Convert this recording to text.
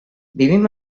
vivim